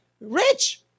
rich